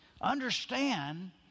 understand